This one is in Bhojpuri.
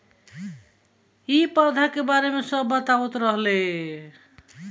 इ पौधा के बारे मे सब बतावत रहले